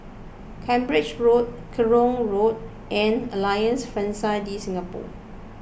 Cambridge Road Kerong Lane and Alliance Francaise De Singapour